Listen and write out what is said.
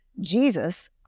Jesus